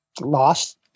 lost